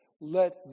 Let